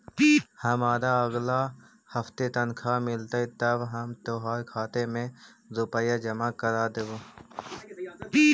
हमारा अगला हफ्ते तनख्वाह मिलतई तब हम तोहार खाते में रुपए जमा करवा देबो